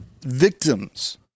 victims